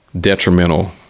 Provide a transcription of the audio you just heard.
detrimental